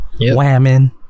Whamming